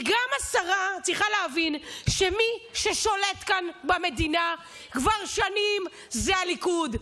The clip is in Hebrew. כי גם השרה צריכה להבין שמי ששולט כאן במדינה כבר שנים זה הליכוד.